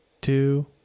two